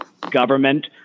government